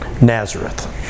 Nazareth